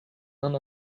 none